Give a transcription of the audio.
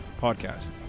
podcast